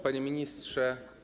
Panie Ministrze!